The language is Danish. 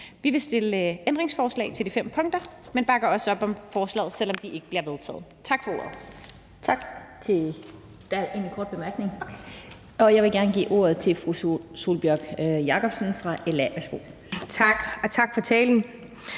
Vi vil stille ændringsforslag til de fem punkter, men vi bakker også op om forslaget, selv om de ikke bliver vedtaget. Tak for ordet.